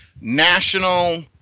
National